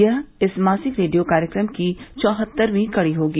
यह इस मासिक रेडियो कार्यक्रम की चौहत्तर्यी कड़ी होगी